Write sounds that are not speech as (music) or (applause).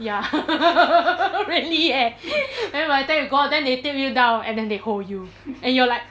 ya (laughs) really eh (breath) then by the time you go up then they tilt you down and then they hold you and you're like